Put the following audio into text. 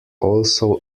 also